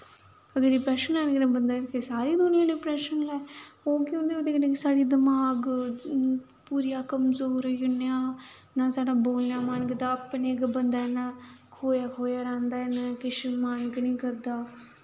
अगर डिप्रैशन लैने कन्नै बंदा फिर सारी दुनियां डिप्रैशन लै ओह् केह् होंदा कि ओह्दे कन्नै साढ़ा दमाक पूरे अस कमजोर होई जन्ने आं नां साढ़ा बोलने दा मन करदा अपने गै बंदा इ'यां खोया खोया रैंह्दा ऐ ना किश मन गै नी करदा